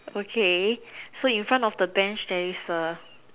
okay so in front of the Bench there is a